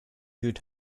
you’d